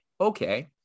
Okay